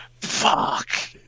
Fuck